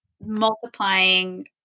multiplying